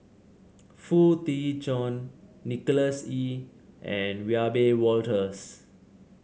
Foo Tee Jun Nicholas Ee and Wiebe Wolters